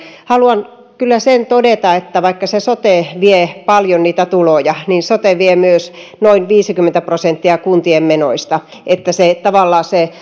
haluan sen todeta että vaikka se sote vie paljon niitä tuloja niin sote vie myös noin viisikymmentä prosenttia kuntien menoista jolloin tavallaan myös se